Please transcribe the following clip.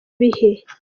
bihe